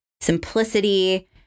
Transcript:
simplicity